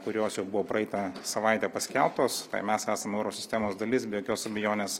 kurios jau buvo praeitą savaitę paskelbtos tai mes esam euro sistemos dalis be jokios abejonės